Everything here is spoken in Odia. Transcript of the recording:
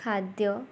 ଖାଦ୍ୟ